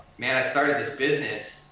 man i started this business.